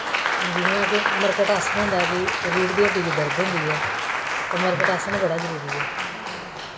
जि'यां के मरकट आसन होंदा कि रीढ़ दी हड्डी गी दर्द होंदी ऐ ते मरकट आसन बड़ा जरुरी ऐ